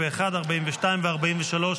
42 ו-43,